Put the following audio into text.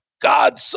God